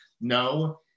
No